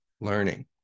learning